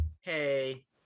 hey